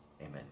Amen